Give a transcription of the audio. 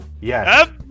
Yes